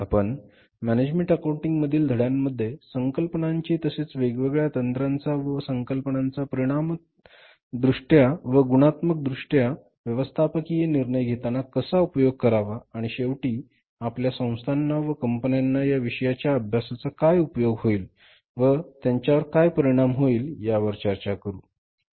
आपण management accounting मधील धड्यांमध्ये संकल्पनांची तसेच वेगवेगळ्या तंत्रांचा व संकल्पनांचा परीमाणात्मकदृष्ट्या व गुणात्मकदृष्ट्या व्यवस्थापकीय निर्णय घेताना कसा उपयोग करावा आणि शेवटी आपल्या संस्थाना व कंपन्यांना या विषयाच्या अभ्यासाचा काय उपयोग होईल व त्यांच्यावर काय परिणाम होईल यावर चर्चा करू